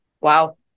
Wow